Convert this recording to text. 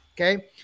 okay